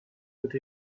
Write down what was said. with